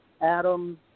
atoms